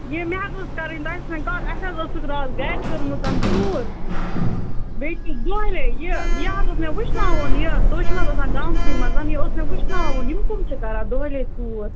ہے مےٚ حظ ٲسۍ کَرٕنۍ تۄہہِ سۭتۍ کَتھ اَسہِ حظ ٲسٕکھ راتھ گَرِ کٔرمٕژ ژوٗر بیٚیہِ تہِ دۄہلے یہِ یہِ حظ اوس مےٚ وُچھٕناوُن یہِ تُہۍ چھُو نہٕ حظ آسان گامسٕے منٛز یہِ اوس مےٚ وُچھٕناوُن یِم کۅم چھِ کَران دۄہلی ژوٗر